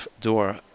door